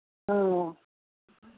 ᱦᱮᱸ